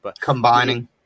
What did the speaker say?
Combining